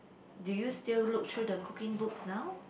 do you still look through the cooking books now